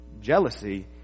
jealousy